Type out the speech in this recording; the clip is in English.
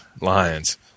Lions